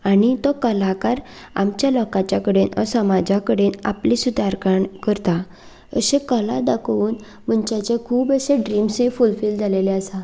आनी तो कलाकार आमच्या लोकां कडेन वा सामाजा कडेन आपली सुदारणा करता अशें कला दाखोवन मनशांचें खूब अशें ड्रिम्सय फूलफिल जाल्ले आसा